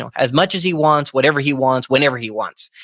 and as much as he wants, whatever he wants, whenever he wants.